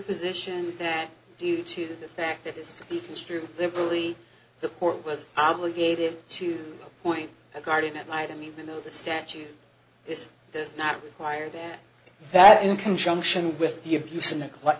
position that due to the fact that is to be construed liberally the court was obligated to point a guardian ad litem even though the statute is does not require that that in conjunction with the abuse and neglect